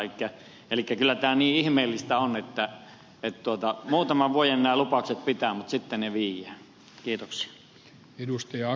elikkä kyllä tämä niin ihmeellistä on että muutaman vuoden nämä lupaukset pitävät mutta sitten ne viedään